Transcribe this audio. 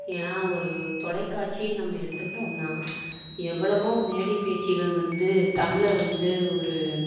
ஏன்னால் ஒரு தொலைக்காட்சின்னு நம்ம எடுத்துக்கிட்டோம்னால் எவ்வளவோ மேடை பேச்சுக்கள் வந்து தமிழை வந்து ஒரு